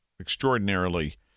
extraordinarily